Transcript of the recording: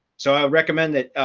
so i recommend that,